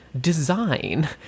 design